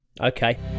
Okay